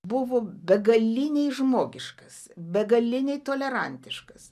buvo begaliniai žmogiškas begaliniai tolerantiškas